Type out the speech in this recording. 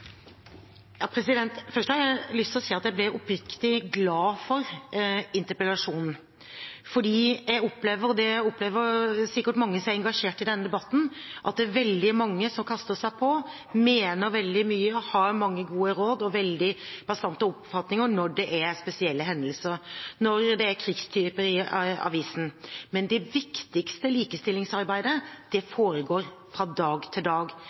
Først har jeg lyst å si at jeg ble oppriktig glad for interpellasjonen, for jeg opplever – sikkert i likhet med mange andre som er engasjert i denne debatten – at det er veldig mange som kaster seg på, og som mener veldig mye og har mange gode råd og veldig bastante oppfatninger når det er spesielle hendelser, når det er krigstyper i avisen, men det viktigste likestillingsarbeidet foregår fra dag til dag.